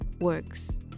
works